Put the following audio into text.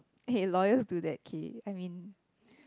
eh loyal to that key I mean